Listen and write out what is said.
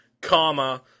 Comma